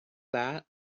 that